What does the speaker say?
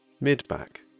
mid-back